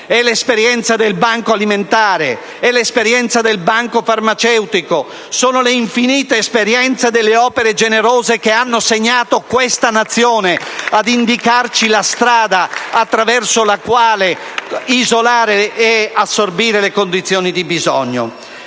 È l'esperienza del banco alimentare, del banco farmaceutico; sono le infinite esperienze delle opere generose che hanno segnato questa Nazione ad indicarci la strada attraverso la quale isolare e assorbire le condizioni di bisogno.